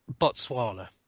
Botswana